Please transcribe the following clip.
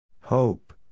Hope